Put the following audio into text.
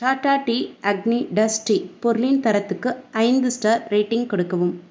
Tata tea Agni dust tea பொருளின் தரத்துக்கு ஐந்து ஸ்டார் ரேட்டிங் கொடுக்கவும்